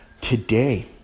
today